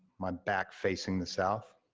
my back facing the south.